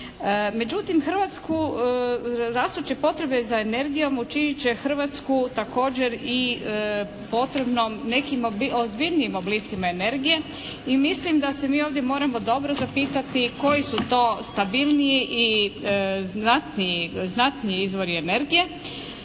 Hrvatsku rastuće potrebe za energijom učinit će Hrvatsku također i potrebnom nekim ozbiljnijim oblicima energije i mislim da se mi ovdje moramo dobro zapitati koji su to stabilniji i znatniji izvori energije